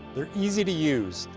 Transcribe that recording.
they're easy to use.